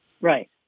Right